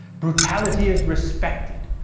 brutality is respected,